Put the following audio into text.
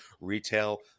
retail